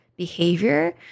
behavior